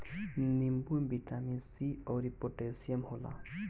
नींबू में vitamin C अउरी पोटैशियम होला